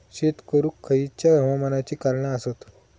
शेत करुक खयच्या हवामानाची कारणा आसत?